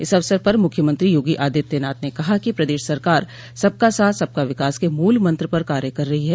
इस अवसर पर मुख्यमंत्री योगी आदित्यनाथ ने कहा कि प्रदेश सरकार सबका साथ सबका विकास के मूल मंत्र पर कार्य कर रही है